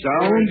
sound